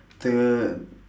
the